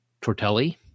Tortelli